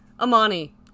Amani